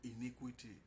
iniquity